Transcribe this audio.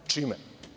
Čime?